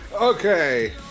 Okay